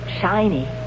shiny